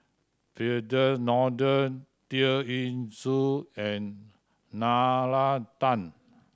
Firdaus Nordin Tear Ee Soon and Nalla Tan